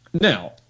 now